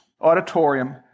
auditorium